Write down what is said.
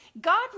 God